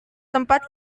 tempat